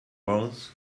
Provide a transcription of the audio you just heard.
rows